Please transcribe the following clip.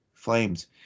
Flames